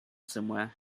somewhere